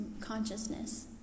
consciousness